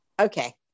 okay